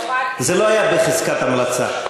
וזה לא היה בחזקת המלצה.